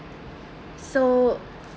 so